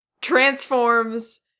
transforms